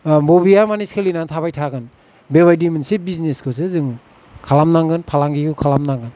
बबेया माने सोलिबाय थागोन बेबायदि मोनसे बिजनेसखौसो जों खालामनांगोन फालांगिखौ खालामनांगोन